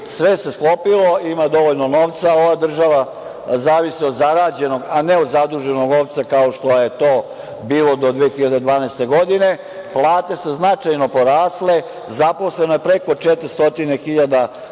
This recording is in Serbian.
sve se sklopilo, ima dovoljno novca. Ova država zavisi od zarađenog, a ne od zaduženog novca, kao što je to bilo do 2012. godine. Plate su značajno porasle. Zaposleno je preko 400.000